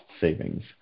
savings